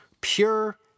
pure